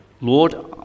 Lord